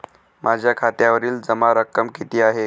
माझ्या खात्यावरील जमा रक्कम किती आहे?